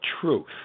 truth